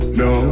no